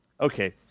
Okay